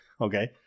Okay